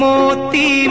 Moti